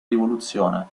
rivoluzione